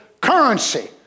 currency